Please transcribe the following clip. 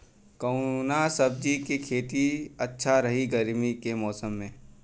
कवना सब्जी के खेती अच्छा रही गर्मी के मौसम में?